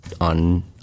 on